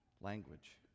language